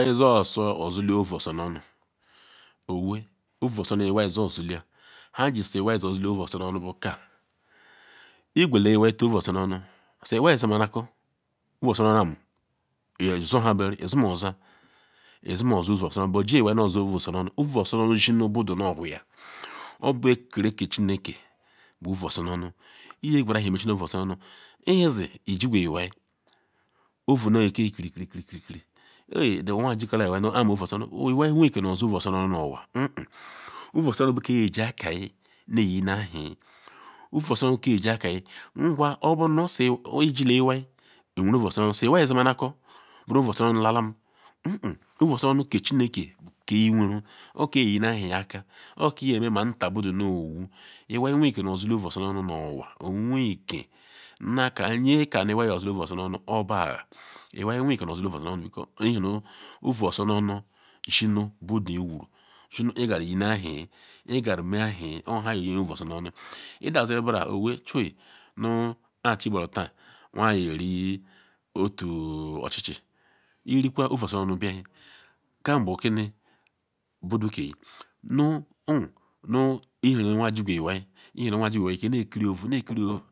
Izo ozu osule ovuosonu onu owee ovu oso iwai yosule nha jisi iwai yo sule ovuosa nu onu bu ka iqwele iwai tun ovuoso nu onu se ma iwai semanako ovuoso nuham iyo suha beberere isi osu ovu oso nu onu ibe jiwai osu ovu oso nu onu, ovu oso nonu hesi nu badu nowua obu akereke ka chineke bu ovu oso nu onu iqweru ewhi emesinu ohu oso nu ohu nu hezi ijile iwai ovu ne ke kirikiri kiri aeyi nu anwa jikelele iwai kpa ovu oso nu onu iwai jikelehe osu ovu oso nu onu onwa hehen ohu osu nu onu buke iyeji akagi ne yinaewhi ovu oso nu onu be ke iyeji aka ngwa obunu se nu ijile iwai weru ovuoso nu onu se iwai zimanako okuru ovu oso nu onu lalam hehen ovu oso nu onu ke chineke buke chineke buke iweru onke yeyiewhi aka yobu ke yeme me ka badu nowu iwai weike nu osule ovu osonu onu nu onwa oweike naka nyeka nu iwai yesule ovu oso nu onu bu aha iwai weike nu sule ovu oso nu onu because ihe na owu oso nu onu yosinu budu iwuru nukpo igaru yenu ewhi kpo igara yeyi ewhi yabu nhe yeye obu oso nu onu, idaziri nbram owee choi nu kpa chiburu taa nu anwa yeri otu ochichi irikole ovu oso nu onu biam ka bu kini budu keni kiri owu kiri ovu kiri ovu.